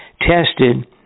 tested